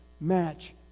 match